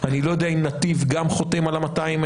אני לא יודע אם נתיב גם חותם על ה-200,000.